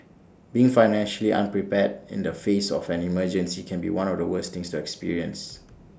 being financially unprepared in the face of an emergency can be one of the worst things to experience